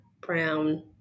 brown